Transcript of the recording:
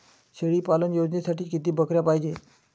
शेळी पालन योजनेसाठी किती बकऱ्या पायजे?